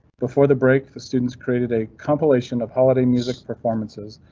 before the break, the students created a compilation of holiday music performances.